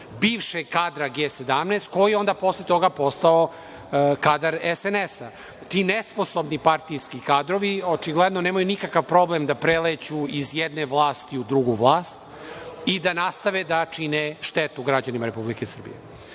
bivšeg kadra G17 koji je onda posle toga postao kadar SNS. Ti nesposobni partijski kadrovi očigledno nemaju nikakav problem da preleću iz jedne vlasti u drugu vlast i da nastave da čine štetu građanima Republike Srbije. Nakon